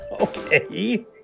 Okay